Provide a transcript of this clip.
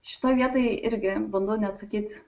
šitoj vietoj irgi bandau neatsakyt